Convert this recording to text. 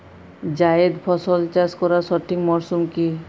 জায়েদ ফসল চাষ করার সঠিক মরশুম কি?